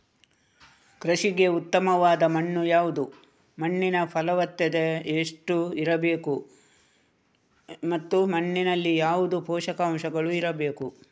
ಕೃಷಿಗೆ ಉತ್ತಮವಾದ ಮಣ್ಣು ಯಾವುದು, ಮಣ್ಣಿನ ಫಲವತ್ತತೆ ಎಷ್ಟು ಇರಬೇಕು ಮತ್ತು ಮಣ್ಣಿನಲ್ಲಿ ಯಾವುದು ಪೋಷಕಾಂಶಗಳು ಇರಬೇಕು?